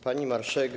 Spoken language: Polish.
Pani Marszałek!